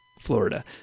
Florida